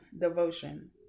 devotion